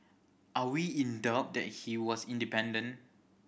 are we in doubt that he was independent